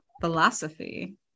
philosophy